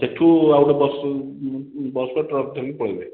ସେଠୁ ଆଉ ଗୋଟେ ବସ୍ ବସ୍ କି ଟ୍ରକ୍ ଧରିକି ପଳାଇବେ